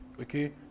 Okay